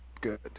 good